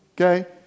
Okay